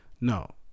No